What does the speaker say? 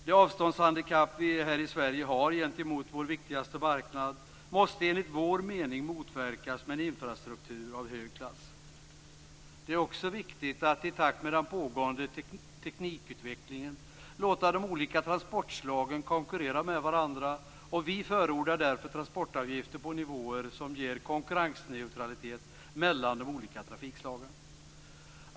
Det avståndshandikapp som vi här i Sverige har gentemot vår viktigaste marknad måste, enligt vår mening, motverkas med en infrastruktur av hög klass. Det är också viktigt att i takt med den pågående teknikutvecklingen låta de olika transportslagen konkurrera med varandra. Vi förordar därför transportavgifter på nivåer som ger konkurrensneutralitet mellan de olika trafikslagen.